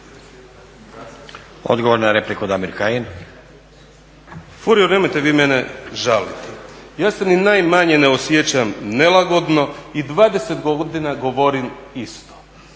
**Kajin, Damir (ID - DI)** Furio, nemojte vi mene žalite. Ja se ni najmanje ne osjećam nelagodno i 20 godina govorim isto,